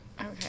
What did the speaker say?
okay